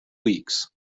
weeks